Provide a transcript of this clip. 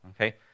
Okay